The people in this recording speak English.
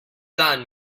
son